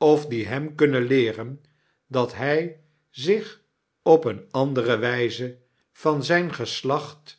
of die hem kunnen leeren dat hy zich op een of andere wyze van zyn geslacht